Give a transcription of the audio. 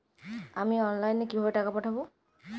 আমি অনলাইনে কিভাবে টাকা পাঠাব?